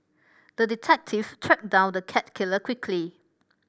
the detective tracked down the cat killer quickly